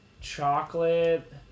chocolate